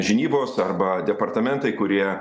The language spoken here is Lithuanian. žinybos arba departamentai kurie